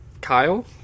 Kyle